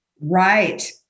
Right